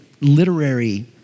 literary